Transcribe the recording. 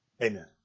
Amen